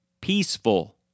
peaceful